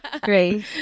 Great